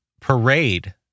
parade